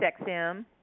XM